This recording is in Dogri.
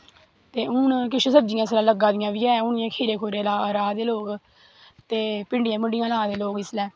ते हून किश सब्जियां इसलै लग्गा दियां बी हैन खीरे खूरे राह् दे लोग ते भिंडियां भुडियां ला दे लोग इसलै